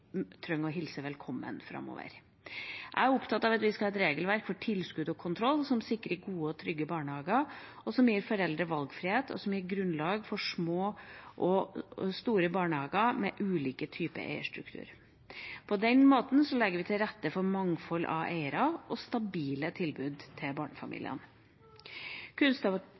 trenger å hilse velkommen framover. Jeg er opptatt av at vi skal ha et regelverk for tilskudd og kontroll som sikrer gode og trygge barnehager, som gir foreldre valgfrihet, og som gir grunnlag for små og store barnehager med ulike typer eierstrukturer. På denne måten legger vi til rette for mangfold av eiere og stabile tilbud til barnefamiliene.